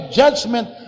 judgment